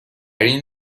این